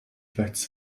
vielleicht